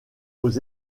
aux